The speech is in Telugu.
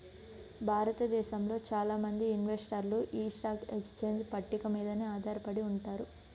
భారతదేశంలో చాలా మంది ఇన్వెస్టర్లు యీ స్టాక్ ఎక్స్చేంజ్ పట్టిక మీదనే ఆధారపడి ఉంటారు